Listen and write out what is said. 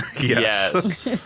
Yes